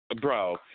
bro